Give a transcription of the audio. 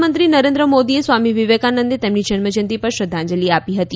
પ્રધાનમંત્રી નરેન્દ્ર મોદીએ સ્વામી વિવેકાનંદને તેમની જન્મજયંતિ પર શ્રદ્ધાંજલી આપી હતી